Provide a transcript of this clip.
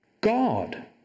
God